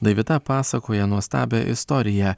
daivita pasakoja nuostabią istoriją